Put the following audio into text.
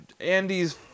Andy's